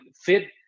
fit